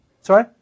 Sorry